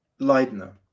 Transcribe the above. Leidner